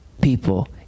people